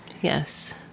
Yes